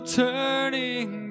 turning